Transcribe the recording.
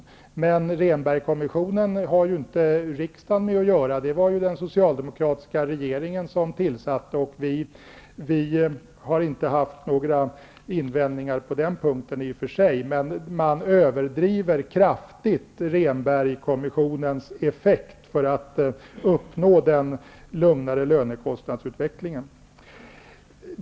Men denna har ju inte riksdagen att göra med. Det var ju den socialdemokratiska regeringen som tillsatte den. Vi har i och för sig inte haft några invändningar på den punkten, men man överdriver kraftigt Rehnbergkommissionens effekt för att uppnå den lugnare lönekostnadsutvecklingen.